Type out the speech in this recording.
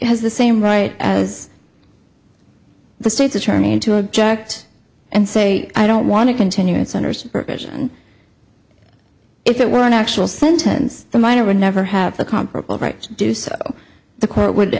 has the same right as the state's attorney to object and say i don't want to continue it centers vision if it were an actual sentence the minor would never have the comparable rights do so the court would